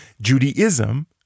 Judaism